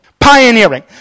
Pioneering